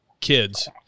kids